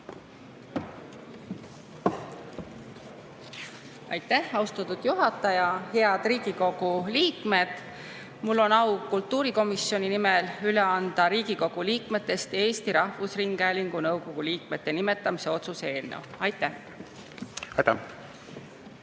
Aitäh, austatud juhataja! Head Riigikogu liikmed! Mul on au kultuurikomisjoni nimel anda üle Riigikogu liikmetest Eesti Rahvusringhäälingu nõukogu liikmete nimetamise otsuse eelnõu. Aitäh! Aitäh,